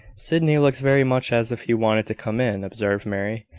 sydney looks very much as if he wanted to come in, observed mary.